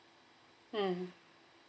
mm